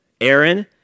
Aaron